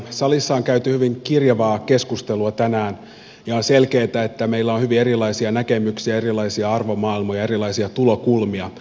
salissa on käyty hyvin kirjavaa keskustelua tänään ja on selkeätä että meillä on hyvin erilaisia näkemyksiä erilaisia arvomaailmoja erilaisia tulokulmia